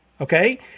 okay